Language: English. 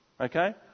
okay